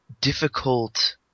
difficult